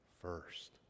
first